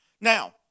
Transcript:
Now